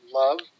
love